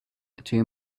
two